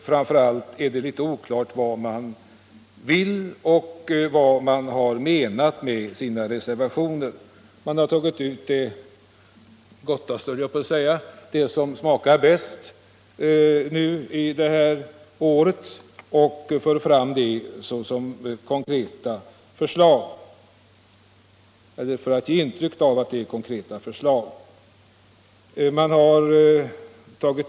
Framför allt är det oklart vad man vill och vad man menar med sina reservationer. Man har nu — detta speciella år — tagit ut det ”gottaste”, det som smakar bäst, och försökt ge intryck av att det är konkreta förslag man lägger fram.